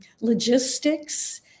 logistics